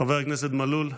חבר הכנסת מלול,